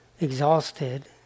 exhausted